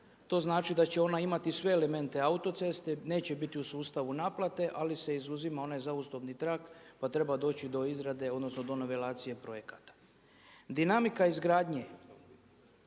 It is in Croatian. To znači da će ona imati sve elemente autoceste, neće biti u sustavu naplate ali se izuzima onaj zaustavni trak pa treba doći do izrade odnosno do novelacije projekata. Dinamika izgradnje